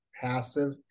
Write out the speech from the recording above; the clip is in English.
passive